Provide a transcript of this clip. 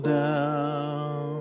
down